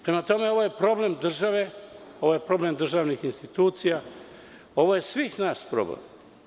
Prema tome ovo je problem države, ovo je problem državnih institucija, ovo je svih nas problem.